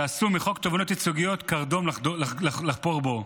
שעשו מחוק תובענות ייצוגיות קרדום לחפור בו,